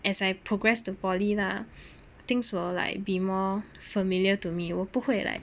as I progress to poly lah things will like be more familiar to me 我不会来